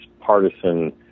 partisan